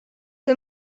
kui